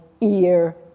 ear